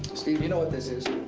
steve, you know what this is?